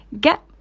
get